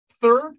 third